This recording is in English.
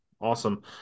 awesome